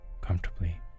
comfortably